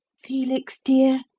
felix, dear.